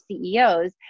CEOs